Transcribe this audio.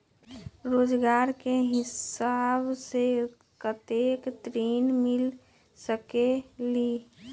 रोजगार के हिसाब से कतेक ऋण मिल सकेलि?